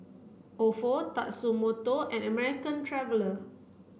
Ofo Tatsumoto and American Traveller